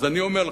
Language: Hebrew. אז אני אומר לך,